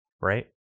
Right